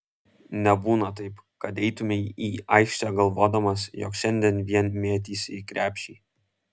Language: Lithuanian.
nebūna taip kad eitumei į aikštę galvodamas jog šiandien vien mėtysi į krepšį